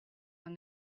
when